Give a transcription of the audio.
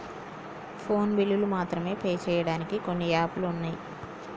phone బిల్లులు మాత్రమే pay చెయ్యడానికి కొన్ని యాపులు వున్నయ్